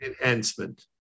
enhancement